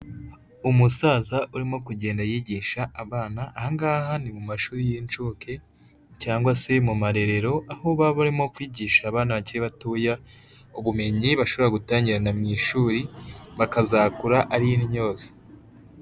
Umusaza urimo kugenda yigisha abana, aha ngaha ni mu mashuri y'incuke cyangwa se mu marerero aho baba barimo kwigisha abana bakiri batoya ubumenyi bashobora gutangirana mu ishuri bakazakura ari intyoza.